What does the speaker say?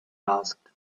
asked